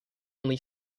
only